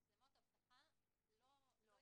מצלמות האבטחה לא יפעלו.